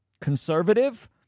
conservative